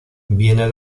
viene